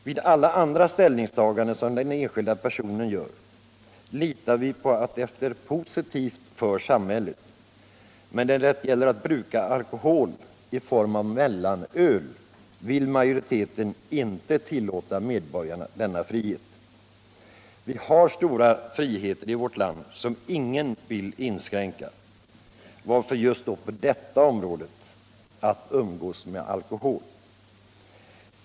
Vid alla andra ställningstaganden som den enskilda personen gör litar vi på att det är positivt för samhället. Men när det gäller att bruka alkohol i form av mellanöl vill majoriteten inte tillåta medborgarna denna frihet. Vi har stora friheter i vårt land, som ingen vill inskränka. Varför då ha en inskränkning just på detta område, när det gäller att umgås med alkohol?